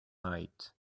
night